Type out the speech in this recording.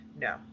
No